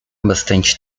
bastante